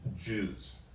Jews